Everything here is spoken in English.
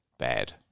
bad